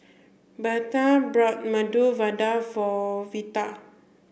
Bertha bought Medu Vada for Veta